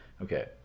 okay